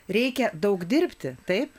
reikia daug dirbti taip